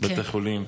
לבתי חולים,